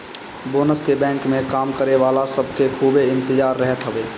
bonus के bank में काम करे वाला सब के खूबे इंतजार रहत हवे